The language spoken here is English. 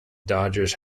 dodgers